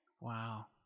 Wow